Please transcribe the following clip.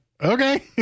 okay